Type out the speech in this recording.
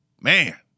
man